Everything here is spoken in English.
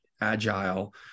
agile